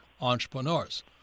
entrepreneurs